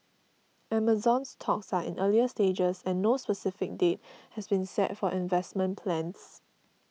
Amazon's talks are in earlier stages and no specific date has been set for investment plans